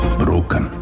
broken